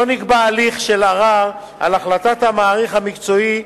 לא נקבע הליך של ערר על החלטת המעריך המקצועי,